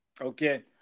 Okay